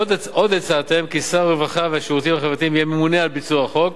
עוד הצעתם כי שר הרווחה והשירותים החברתיים יהיה ממונה על ביצוע החוק